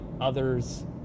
others